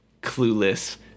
clueless